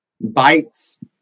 Bites